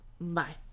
bye